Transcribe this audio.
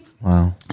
Wow